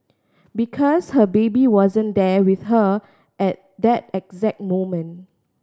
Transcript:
because her baby wasn't there with her at that exact moment